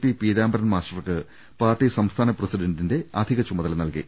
P Pitambaran മാസ്റ്റർക്ക് പാർട്ടി സംസ്ഥാന പ്രസിഡന്റിന്റെ അധിക ചുമതല നൽകി